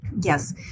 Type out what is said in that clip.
Yes